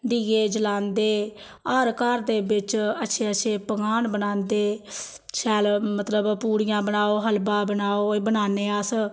दीए जलांदे हर घर दे बिच्च अच्छे अच्छे पकोआन बनांदे शैल मतलब पूड़ियां बनाओ हलवा बनाओ एह् बनान्नें अस